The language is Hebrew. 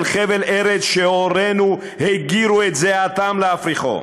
חבל ארץ שהורינו הגירו את זיעתם להפריחו?